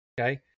Okay